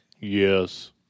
Yes